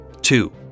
Two